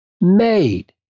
made